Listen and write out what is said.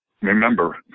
remember